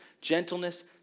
gentleness